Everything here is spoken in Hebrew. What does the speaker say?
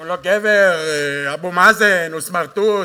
הוא לא גבר, אבו מאזן, הוא סמרטוט.